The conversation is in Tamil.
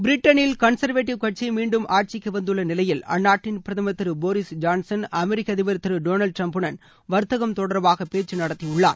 பிரிட்டனில் கன்சர்வேட்டிவ் கட்சி மீண்டும் ஆட்சிக்கு வந்துள்ள நிலையில் அந்நாட்டின் பிரதமர் திரு போரிஸ் ஜான்சன் அமெரிக்க அதிபர் திரு டொனால்டு டிரம்புடன் வர்த்தகம் தொடர்பாக பேச்சு நடத்தி உள்ளார்